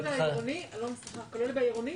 הניתוח שעשיתם כולל בעירוני?